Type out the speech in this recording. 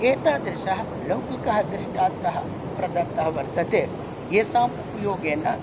एतादृशः लौकिकः दृष्टान्तः प्रदत्तः वर्तते येषाम् उपयोगेन